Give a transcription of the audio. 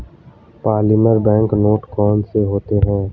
polymer bank note कौन से होते हैं